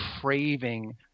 craving